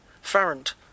Farrant